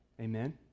Amen